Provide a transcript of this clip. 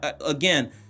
again